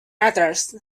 matters